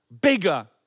bigger